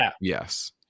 yes